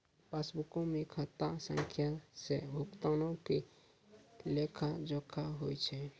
पासबुको मे खाता संख्या से भुगतानो के लेखा जोखा होय छै